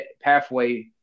pathway